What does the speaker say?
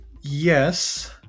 Yes